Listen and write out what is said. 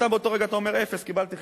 אתה באותו רגע אומר: אפס, קיבלתי חינם.